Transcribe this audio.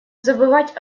забывать